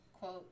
Quote